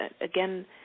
again